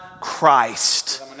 Christ